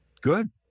Good